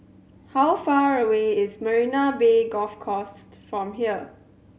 how far away is Marina Bay Golf Course from here